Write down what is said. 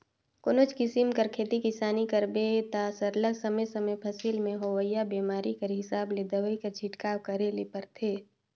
कोनोच किसिम कर खेती किसानी करबे ता सरलग समे समे फसिल में होवइया बेमारी कर हिसाब ले दवई कर छिड़काव करे ले परथे